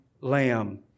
lamb